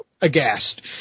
aghast